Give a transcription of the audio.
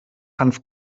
hanf